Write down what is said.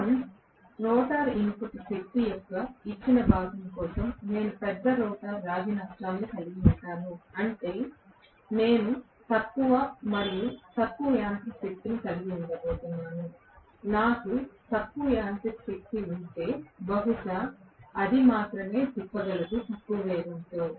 మొత్తం rotor input శక్తి యొక్క ఇచ్చిన భాగం కోసం నేను పెద్ద రోటర్ రాగి నష్టాలను కలిగి ఉంటాను అంటే నేను తక్కువ మరియు తక్కువ యాంత్రిక శక్తిని కలిగి ఉండబోతున్నాను నాకు తక్కువ యాంత్రిక శక్తి ఉంటే బహుశా అది మాత్రమే తిప్పగలదు తక్కువ వేగంతో